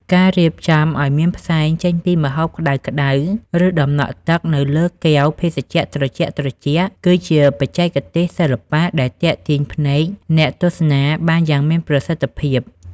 ការរៀបចំឱ្យមានផ្សែងចេញពីម្ហូបក្តៅៗ ឬតំណក់ទឹកនៅលើកែវភេសជ្ជៈត្រជាក់ៗ គឺជាបច្ចេកទេសសិល្បៈដែលទាក់ទាញភ្នែកអ្នកទស្សនាបានយ៉ាងមានប្រសិទ្ធភាព។